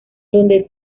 dónde